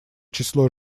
число